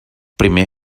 primer